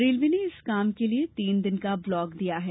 railway ने इस काम के लिये तीन का ब्लाक दिया है